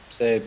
say